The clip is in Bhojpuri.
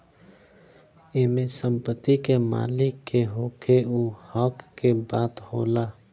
एमे संपत्ति के मालिक के होखे उ हक के बात होला